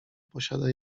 posiada